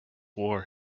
war